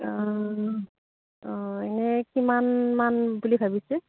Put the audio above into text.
অঁ অঁ এনেই কিমান মান বুলি ভাবিছে